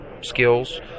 skills